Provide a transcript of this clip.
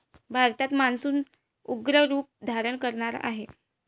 भारतात मान्सून उग्र रूप धारण करणार आहे